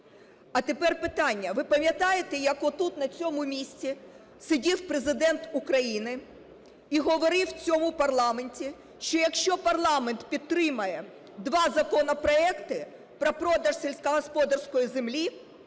А тепер питання. Ви пам'ятаєте, як отут, на цьому місці, сидів Президент України і говорив в цьому парламенті, що якщо парламент підтримає два законопроекти, про продаж сільськогосподарської землі